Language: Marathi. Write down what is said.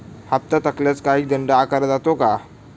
हप्ता थकल्यास काही दंड आकारला जातो का?